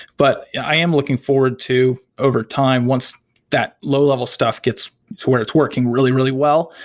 but i am looking forward to overtime once that low-level stuff gets towards working really, really well,